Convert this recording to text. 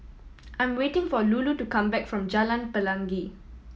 I'm waiting for Lulu to come back from Jalan Pelangi